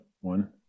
one